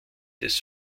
des